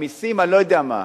המסים, אני לא יודע מה.